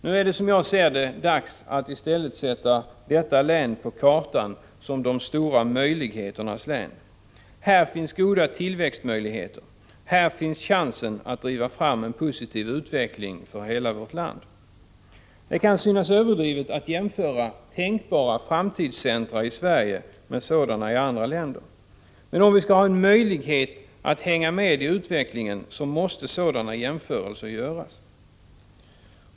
Nu är det, som jag ser det, dags att i stället sätta detta län på kartan som de stora möjligheternas län. Här finns goda tillväxtmöjligheter. Här finns chansen att driva fram en positiv utveckling för hela vårt land. Det kan synas överdrivet att jämföra tänkbara framtidscentra i Sverige med sådana i andra länder. Men om vi skall ha en möjlighet att hänga med i utvecklingen, så måste sådana jämförelser göras.